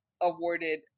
awarded